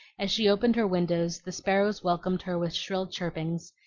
as she opened her windows the sparrows welcomed her with shrill chirpings,